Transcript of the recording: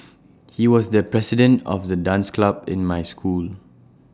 he was the president of the dance club in my school